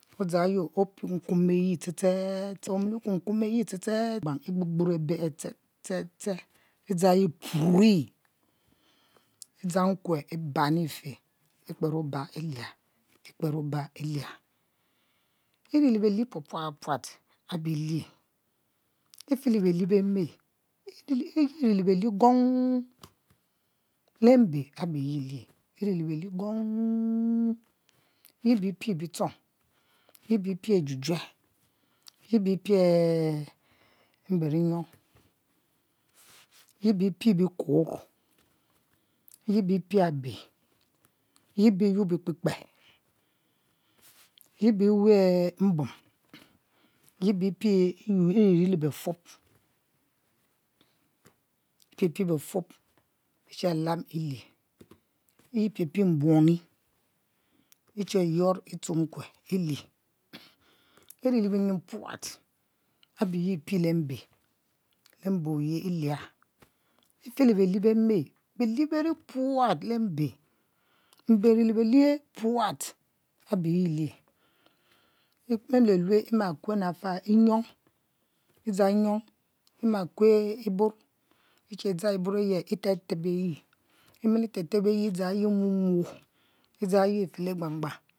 Okuom kuom ste ste ste opurgbur eyi e'dzang eyi e'puri e'dzang nke ibari e'fe ekper oba e'lie iri a be lie pua pua puat abe e'lie e' fe le be lie beme iri le belie gong le mbe abe ye alie iri le belie gon ye bi pie bi lurong ye beh e'pie aju jue ye be e pie mbenyong ye be pie bikuor ye be pie abe ye be yob ekpe kpe ye be eweh mbom ye bi iri rir le befob e pie pie fob e che lam e'lie e piepie mbuom e che yuo etue nnkue ilie iri le biyin puat abe e pie le mbe le mbe oye e lia e'fe le be lie beme belie beri puat le mbe mbe ari le belie puat abe ye e'lie e lue lue ima kuen la fel idzang nyuo imakuen oborr e'che dzang iborr aye e'teb teb e yi e mili teb leb eyi e dzang e'yi imuomuo e dzang yi e fe le egbangbang